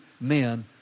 men